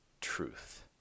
truth